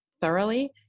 thoroughly